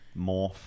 Morph